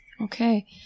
Okay